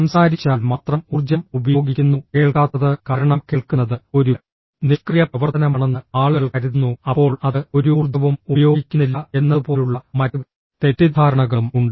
സംസാരിച്ചാൽ മാത്രം ഊർജ്ജം ഉപയോഗിക്കുന്നു കേൾക്കാത്തത് കാരണം കേൾക്കുന്നത് ഒരു നിഷ്ക്രിയ പ്രവർത്തനമാണെന്ന് ആളുകൾ കരുതുന്നു അപ്പോൾ അത് ഒരു ഊർജ്ജവും ഉപയോഗിക്കുന്നില്ല എന്നതുപോലുള്ള മറ്റ് തെറ്റിദ്ധാരണകളും ഉണ്ട്